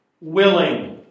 willing